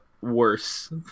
worse